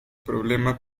problema